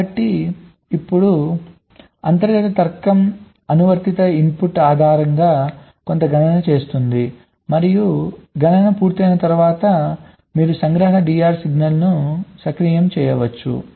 కాబట్టి ఇప్పుడు అంతర్గత తర్కం అనువర్తిత ఇన్పుట్ ఆధారంగా కొంత గణన చేస్తుంది మరియు గణన పూర్తయిన తర్వాత మీరు సంగ్రహ DR సిగ్నల్ను సక్రియం చేస్తారు